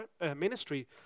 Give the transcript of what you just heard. ministry